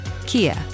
Kia